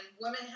women